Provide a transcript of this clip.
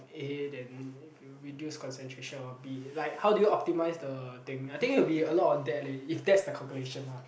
A then if you reduce concentration of B like how do you optimise the thing I think it will be a lot of that leh if that's the calculation lah